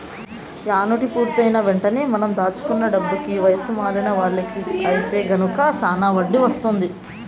annuity పూర్తయిన వెంటనే మనం దాచుకున్న డబ్బుకి వయసు మళ్ళిన వాళ్ళకి ఐతే గనక శానా వడ్డీ వత్తుంది